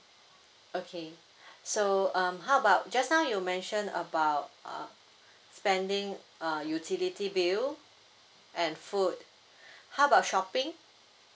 okay so um how about just now you mention about uh spending uh utility bill and food how about shopping